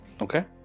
Okay